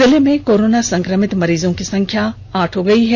जिले में कोरोना संक्रमित मरीजों की संख्या अब आठ हो गई है